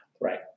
Right